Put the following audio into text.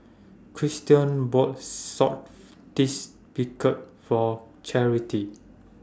Christion bought Source tastes Beancurd For Charity